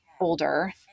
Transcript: older